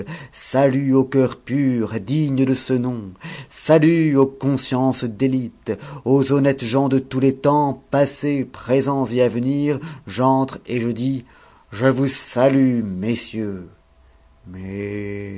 salut aux cœurs purs dignes de ce nom salut aux consciences d'élite aux honnêtes gens de tous les temps passés présents et à venir j'entre et je dis je vous salue messieurs mais